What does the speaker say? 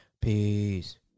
Peace